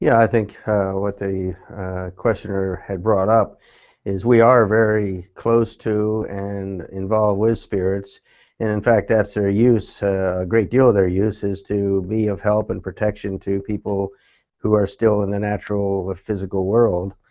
yeah i think what the questioner had brought up is we are a very close to and involved with spirits and in fact that is there use, a great deal of there use is to be of help and protection to people who are still in the natural or physical world.